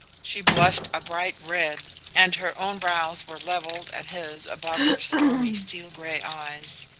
she blushed a bright red, and her own brows were levelled at his above her stormy steel-grey eyes.